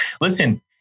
listen